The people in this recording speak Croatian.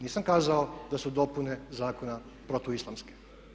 Nisam kazao da su dopune zakona protuislamske.